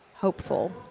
Hopeful